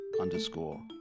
underscore